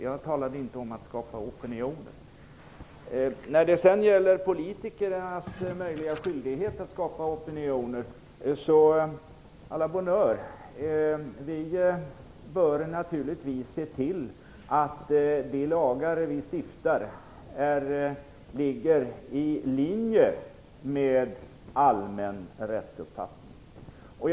Jag talade inte om att skapa opinioner. Alice Åström talade om politikernas eventuella skyldighet att skapa opinioner. À la bonheure - vi bör naturligtvis se till att de lagar vi stiftar ligger i linje med den allmänna rättsuppfattningen.